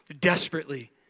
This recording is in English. desperately